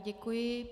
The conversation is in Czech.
Děkuji.